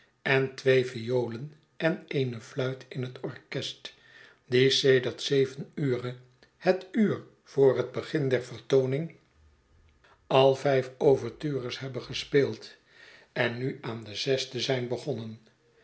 en twee violen en eene fluit in het orchest die sedert zeven ure het uur voor het begin der vertooning al vijf ouvertures hebben gespeeld en nu aan de zesde zijn begonnen